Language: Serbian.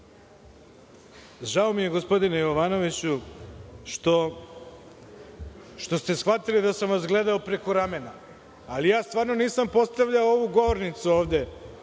mi je, gospodine Jovanoviću, što ste shvatili da sam vas gledao preko ramena, ali zaista nisam postavljao ovu govornicu.